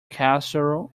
castle